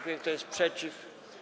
Kto jest przeciw?